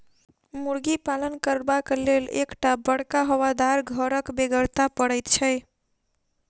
मुर्गी पालन करबाक लेल एक टा बड़का हवादार घरक बेगरता पड़ैत छै